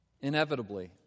Inevitably